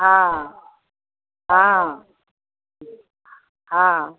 हॅं हॅं हॅं